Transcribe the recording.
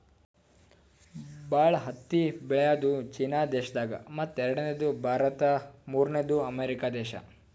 ಭಾಳ್ ಹತ್ತಿ ಬೆಳ್ಯಾದು ಚೀನಾ ದೇಶದಾಗ್ ಮತ್ತ್ ಎರಡನೇದು ಭಾರತ್ ಮೂರ್ನೆದು ಅಮೇರಿಕಾ ದೇಶಾ